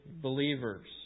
believers